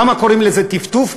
למה קוראים לזה טפטוף?